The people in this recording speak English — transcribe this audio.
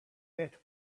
met